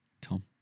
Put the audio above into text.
Tom